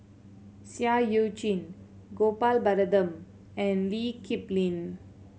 Seah Eu Chin Gopal Baratham and Lee Kip Lin